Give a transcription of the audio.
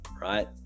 right